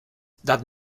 that